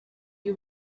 you